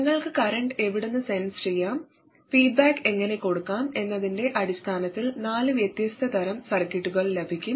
നിങ്ങൾക്ക് കറന്റ് എവിടുന്ന് സെൻസ് ചെയ്യാം ഫീഡ്ബാക്ക് എങ്ങനെ കൊടുക്കാം എന്നതിന്റെ അടിസ്ഥാനത്തിൽ നാല് വ്യത്യസ്ത തരം സർക്യൂട്ടുകൾ ലഭിക്കും